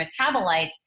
metabolites